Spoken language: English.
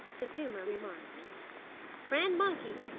the puma remarked friend monkey,